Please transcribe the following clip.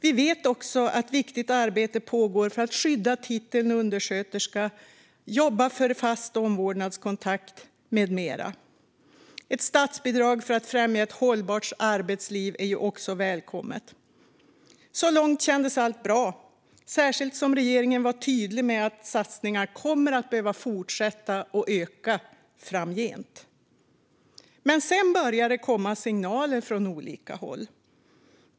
Vi vet också att viktigt arbete pågår för att skydda titeln undersköterska, jobba för fast omvårdnadskontakt med mera. Ett statsbidrag för att främja ett hållbart arbetsliv är också välkommet. Så långt kändes allt bra, särskilt som regeringen var tydlig med att satsningarna kommer att behöva fortsätta och öka framgent. Men sedan började det komma signaler från olika håll.